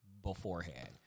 beforehand